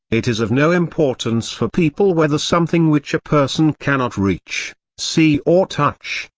it is of no importance for people whether something which a person cannot reach, see or touch,